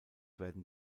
werden